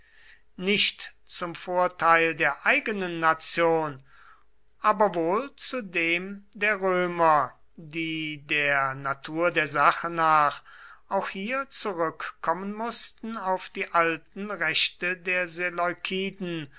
nicht zum vorteil der eigenen nation aber wohl zu dem der römer die der natur der sache nach auch hier zurückkommen mußten auf die alten rechte der